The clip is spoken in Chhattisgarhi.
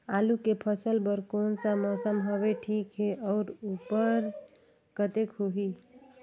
आलू के फसल बर कोन सा मौसम हवे ठीक हे अउर ऊपज कतेक होही?